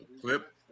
clip